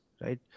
right